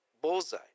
bullseye